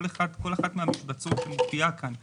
כל אחת מהמשבצות שמופיעה כאן: